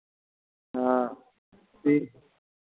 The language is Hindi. हाँ ठीक